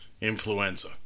influenza